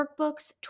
workbooks